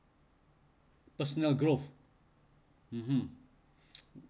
personal growth (uh huh)